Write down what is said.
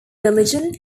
religion